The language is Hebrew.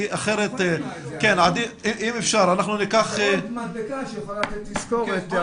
אם אפשר --- זו עוד מדבקה שיכולה לתת תזכורת,